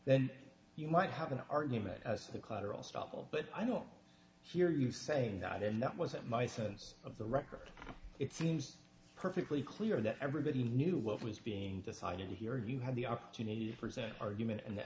then you might have an argument as the collateral double but i don't hear you saying that and that wasn't my sense of the record it seems perfectly clear that everybody knew what was being decided here you had the opportunity to present argument and the